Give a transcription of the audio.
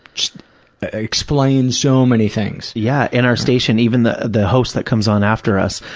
just explain so many things. yeah. and our station even, the the host that comes on after us,